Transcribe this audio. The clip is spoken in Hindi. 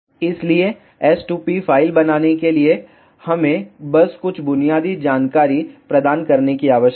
इसलिए s2p फ़ाइल बनाने के लिए हमें बस कुछ बुनियादी जानकारी प्रदान करने की आवश्यकता है